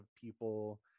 people